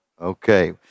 Okay